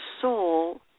soul